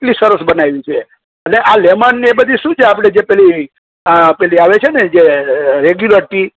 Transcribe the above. એટલી સરસ બનાવી છે એટલે આ લેમન અને એ બધી શું છે જે પેલી પેલી આવે છે ને જે રેગ્યુલર ટી